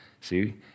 See